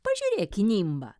pažiūrėk į nimbą